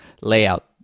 layout